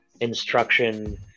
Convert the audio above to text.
instruction